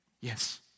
Yes